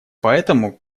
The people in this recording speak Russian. поэтому